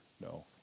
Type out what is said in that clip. no